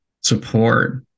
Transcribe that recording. support